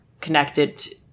connected